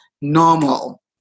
normal